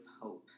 hope